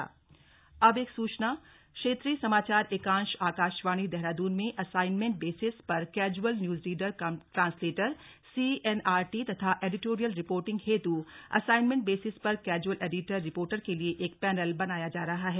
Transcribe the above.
और अब एक सूचना क्षेत्रीय समाचार एकांश आकाशवाणी देहरादून में असाइन्मेंट बेसिस पर casual news reader cum translator CNRT तथा एडिटोरियल रिपोर्टिंग हेतु असाइन्मेंट बेसिस पर कैजुअल एडिटर रिपोर्टर के लिए एक पैनल बनाया जा रहा है